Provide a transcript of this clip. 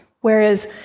Whereas